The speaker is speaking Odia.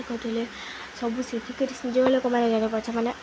ଶିଖୋଉଥିଲେ ସବୁ ଶିଖିକରି ଯେଉଁ ଲୋକମାନେ ଜାଣିପାରୁଥିଲେ ସେମାନେ